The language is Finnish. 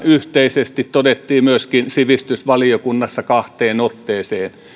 yhteisesti todettiin myöskin sivistysvaliokunnassa kahteen otteeseen